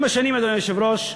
עם השנים, אדוני היושב-ראש,